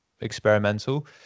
experimental